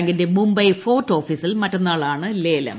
ബാങ്കിന്റെ മുംബൈ ഫോർട്ട് ഓഫീസിൽ മറ്റന്നാൾ ആണ് ലേലം